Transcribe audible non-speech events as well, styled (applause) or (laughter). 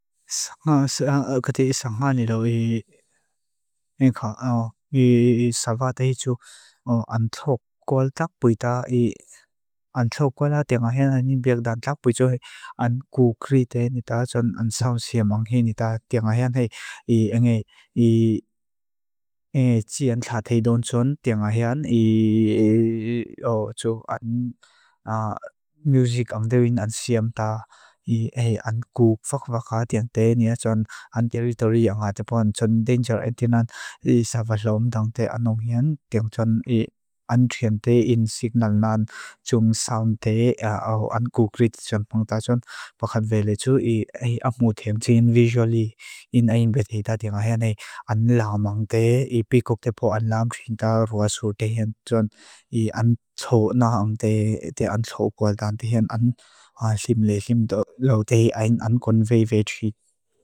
Saṅg̱a, kati i saṅg̱a ní lo (hesitation) i, i savate hi chúk, an thók guál tápui tá, i an thók guál á tí áng á héan á nín bíagdaan tápui chúk áng kú krí té ní tá chún áng sáu siam áng hé ní tá tí áng á héan hé. I áng é, i i tí áng chá téi dón chún téi áng á héan, i ó chúk áng (hesitation) music áng téi win áng siam tá, i é áng kúk fák váká téi áng téi ní áng chún áng territory áng hátapón. Chún danger atin áng, i savate lóom táng téi áng áng héan, téi áng chún áng tuyen téi in signal áng chún sáum téi áng áng kúk rít chún póng tá chún. Báxán véle chú i áng mú tém chín visually in áyín betéi tá tí áng héan é áng lám áng téi, i bí kúk tápó áng lám chún tá rúa sú téi hén chún, i áng chó na áng téi téi áng chó guál táng téi hén áng lím lé. Lím lóo téi áyín áng guanvéi vé chí.